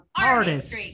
artist